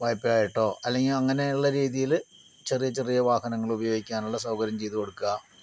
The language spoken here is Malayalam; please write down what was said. വായ്പ്പയായിട്ടോ അല്ലെങ്കിൽ അങ്ങനെയുള്ള രീതിയിൽ ചെറിയ ചെറിയ വാഹനങ്ങളുപയോഗിക്കാനുള്ള സൌകര്യം ചെയ്തുകൊടുക്കുക